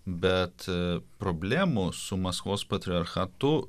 bet problemų su maskvos patriarchatu